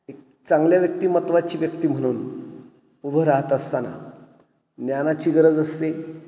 एक चांगल्या व्यक्तिमत्त्वाची व्यक्ती म्हणून उभं राहत असताना ज्ञानाची गरज असते